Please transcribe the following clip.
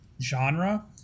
genre